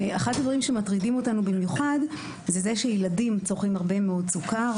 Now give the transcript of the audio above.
אחד הדברים שמטרידים אותנו במיוחד זה שילדים צורכים הרבה מאוד סוכר,